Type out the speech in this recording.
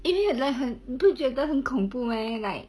even if you like here 你不觉得很恐怖 meh like